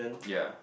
ya